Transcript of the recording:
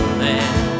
man